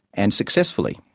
and successfully,